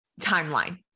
timeline